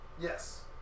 Yes